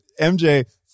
MJ